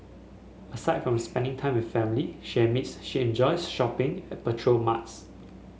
aside from spending time with family she admits she enjoys shopping at petrol marts